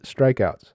strikeouts